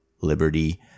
liberty